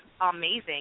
amazing